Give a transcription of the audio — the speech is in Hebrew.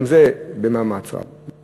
גם זה במאמץ רב.